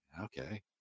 okay